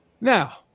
now